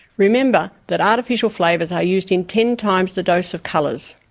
remember that artificial flavours are used in ten times the dose of colours.